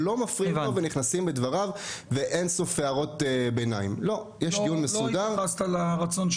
אז גם מדינה לא הייתה לנו.